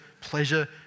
pleasure